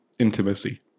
intimacy